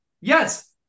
Yes